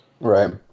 Right